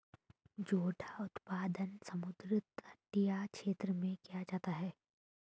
जोडाक उत्पादन समुद्र तटीय क्षेत्र में किया जाता है